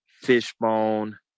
Fishbone